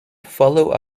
follow